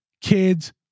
kids